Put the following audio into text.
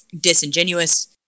disingenuous